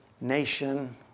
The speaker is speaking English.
nation